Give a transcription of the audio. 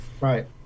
Right